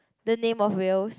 the name of whales